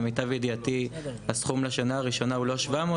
למיטב ידיעתי הסכום לשנה הראשונה הוא לא 700,